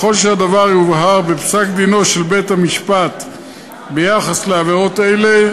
ככל שהדבר יובהר בפסק-דינו של בית-המשפט ביחס לעבירות אלו,